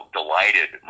delighted